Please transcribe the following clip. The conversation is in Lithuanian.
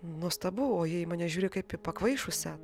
nuostabu o jie į mane žiūri kaip į pakvaišusią